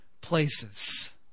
places